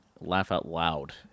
laugh-out-loud